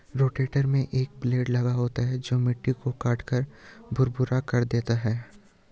rotator में एक blade लगा होता है जो मिट्टी को काटकर भुरभुरा कर देता है